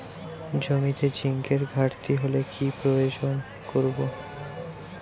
জমিতে জিঙ্কের ঘাটতি হলে কি প্রয়োগ করব?